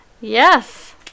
Yes